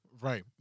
Right